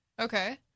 Okay